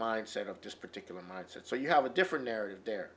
mindset of this particular mindset so you have a different narrative there